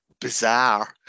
bizarre